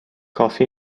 کافی